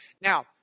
Now